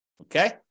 Okay